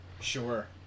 Sure